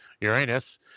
Uranus